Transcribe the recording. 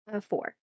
four